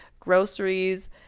groceries